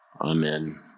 Amen